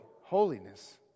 holiness